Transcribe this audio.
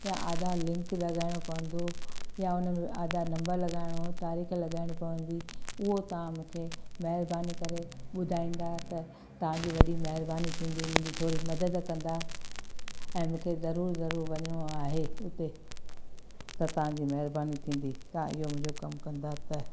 या आधार लिंक लॻाइणो पवंदो या हुन में आधार नंबर लॻाइणो तारीख़ लॻाइणी पवंदी उहो तव्हां मूंखे महिरबानी करे ॿुधाईंदा त तव्हांजी वॾी महिरबानी थींदी मुंहिंजी थोरी मदद कंदा ऐं मूंखे ज़रूरु ज़रूरु वञिणो आहे उते त तव्हांजी महिरबानी थींदी तव्हां इहो मुंहिंजो कमु कंदा त